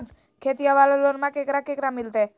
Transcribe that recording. खेतिया वाला लोनमा केकरा केकरा मिलते?